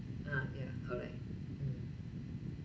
ah ya correct mm